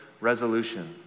resolution